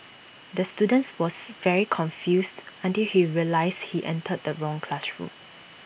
the students was very confused until he realised he entered the wrong classroom